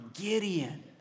Gideon